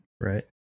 right